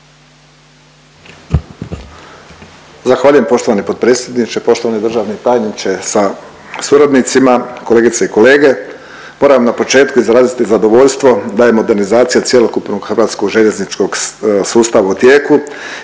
Zahvaljujem poštovani potpredsjedniče. Poštovani državni tajniče sa suradnicima, kolegice i kolege moram vam na početku izraziti zadovoljstvo da je modernizacija cjelokupnog hrvatskog željezničkog sustava u tijeku